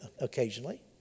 occasionally